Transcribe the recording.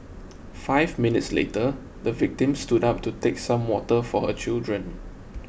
five minutes later the victim stood up to take some water for her children